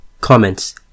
Comments